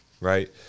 right